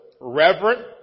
reverent